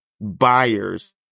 buyers